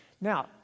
now